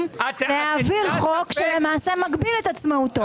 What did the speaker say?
להעביר חוק שלמעשה מגביל את עצמאותו,